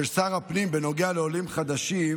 שר הפנים בנוגע לעולים חדשים